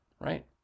right